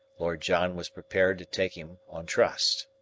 lord john was prepared to take him on trust.